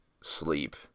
sleep